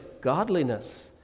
godliness